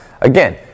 Again